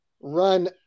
run